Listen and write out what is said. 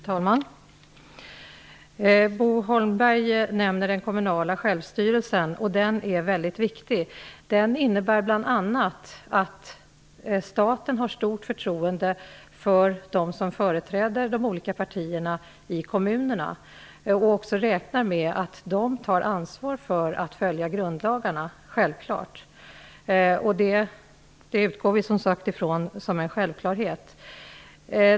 Fru talman! Bo Holmberg nämner den kommunala självstyrelsen. Den är viktig. Den innebär bl.a. att staten har stort förtroende för dem som företräder de olika partierna i kommunerna och räknar med att de tar ansvar för att grundlagarna följs. Vi anser att det är en självklarhet.